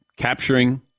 Capturing